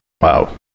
Wow